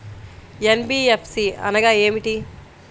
NBFC అనగా ఏమిటీ?